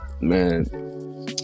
man